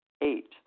Eight